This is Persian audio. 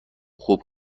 خوب